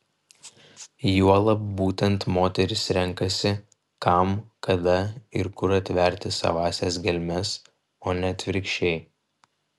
juolab būtent moteris renkasi kam kada ir kur atverti savąsias gelmes o ne atvirkščiai